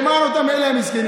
למען אותם מסכנים.